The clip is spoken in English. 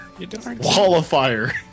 qualifier